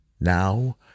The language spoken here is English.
Now